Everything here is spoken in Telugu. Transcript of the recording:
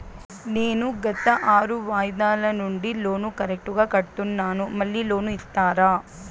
నేను గత ఆరు వాయిదాల నుండి లోను కరెక్టుగా కడ్తున్నాను, మళ్ళీ లోను ఇస్తారా?